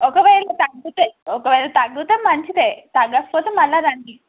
ఒకవేళ తగ్గుతే ఒకవేళ తగ్గుతే మంచిదే తగ్గకపోతే మళ్ళీ రండి